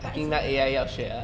but is a